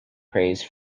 praise